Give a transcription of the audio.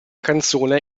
canzone